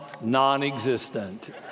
non-existent